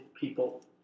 people